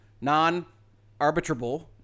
non-arbitrable